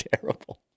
terrible